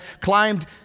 climbed